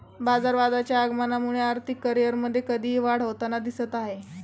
बाजारवादाच्या आगमनामुळे आर्थिक करिअरमध्ये कधीही वाढ होताना दिसत आहे